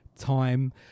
time